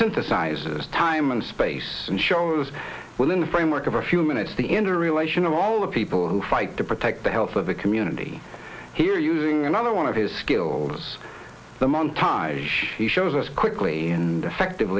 synthesizes time and space and shows within the framework of a few minutes the interrelation of all the people who fight to protect the health of the community here using another one of his skills them on time he shows us quickly and effect